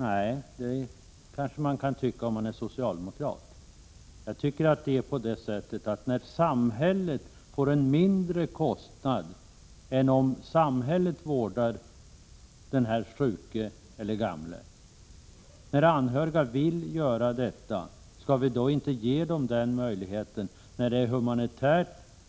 Nej, det kanske man kan tycka om man är socialdemokrat. Men när samhällets kostnader därmed blir mindre än om samhället vårdar den sjuke eller gamle, när anhöriga vill göra detta, skall de då inte få den möjligheten? Det är alltså både